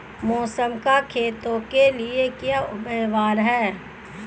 मौसम का खेतों के लिये क्या व्यवहार है?